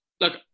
look